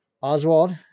Oswald